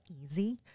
easy